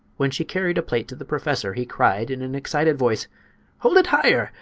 when she carried a plate to the professor, he cried, in an excited voice hold it higher!